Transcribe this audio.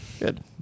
Good